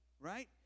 right